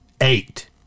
Eight